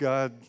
God